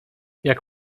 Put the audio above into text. jak